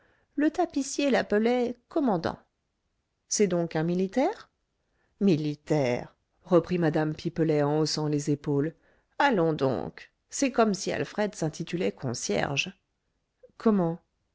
le tapissier l'appelait commandant c'est donc un militaire militaire reprit mme pipelet en haussant les épaules allons donc c'est comme si alfred s'intitulait concierge comment